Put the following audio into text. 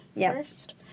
first